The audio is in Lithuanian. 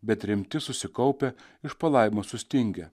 bet rimti susikaupę iš palaimos sustingę